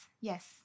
Yes